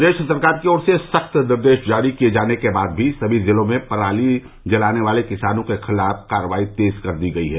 प्रदेश सरकार की ओर से सख्त निर्देश जारी किये जाने के बाद सभी जिलों में पराली जलाने वाले किसानों के खिलाफ कार्रवाई तेज कर दी गई हैं